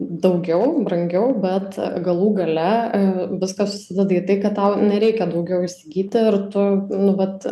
daugiau brangiau bet galų gale viskas susideda į tai kad tau nereikia daugiau įsigyti ir tu nu vat